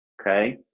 Okay